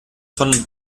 von